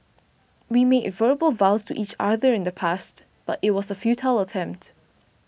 we made verbal vows to each other in the past but it was a futile attempt